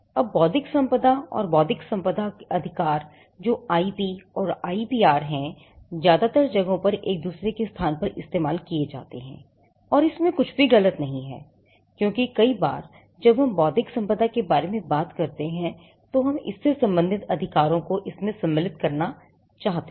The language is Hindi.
अब बौद्धिक संपदा और बौद्धिक संपदा अधिकार जो कि आईपी और आईपीआर हैं ज्यादातर जगहों पर एक दूसरे के स्थान पर इस्तेमाल किया जाते हैं और इसमें कुछ भी गलत नहीं है क्योंकि कई बार जब हम बौद्धिक संपदा के बारे में बात करते हैं तो हम इससे संबंधित अधिकारों को इसमें सम्मिलित करना चाहते हैं